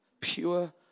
pure